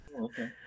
okay